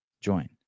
Join